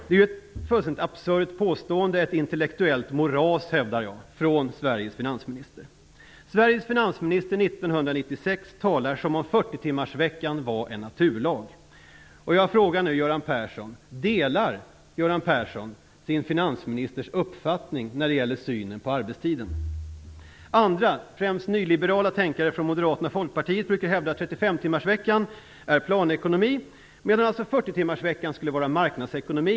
Det är ett fullständigt absurt påstående och ett intellektuellt moras, hävdar jag, från Sveriges finansminister. Sveriges finansminister 1996 talar som om 40-timmarsveckan var en naturlag. Delar Göran Persson sin finansministers uppfattning när det gäller synen på arbetstiden? Andra, främst nyliberala tänkare från Moderaterna och Folkpartiet, brukar hävda att 35-timmarsveckan är planekonomi, medan 40-timmarsveckan skulle vara marknadsekonomi.